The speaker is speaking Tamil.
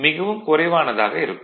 மிகவும் குறைவானதாக இருக்கும்